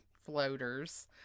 floaters